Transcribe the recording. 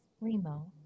Remo